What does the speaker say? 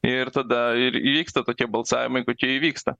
ir tada ir įvyksta tokie balsavimai kokie įvyksta